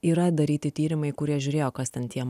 yra daryti tyrimai kurie žiūrėjo kas ten tie